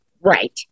Right